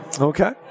okay